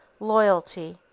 loyalty,